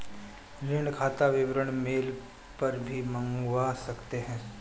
ऋण खाता विवरण मेल पर भी मंगवा सकते है